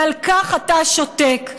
ועל כך אתה שותק.